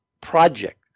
project